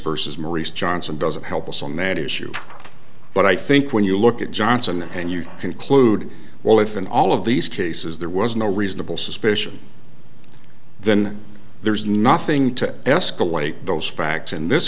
versus maurice johnson doesn't help us on that issue but i think when you look at johnson and you conclude well if in all of these cases there was no reasonable suspicion then there is nothing to escalate those facts in this